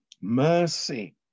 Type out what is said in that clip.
mercy